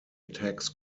attacks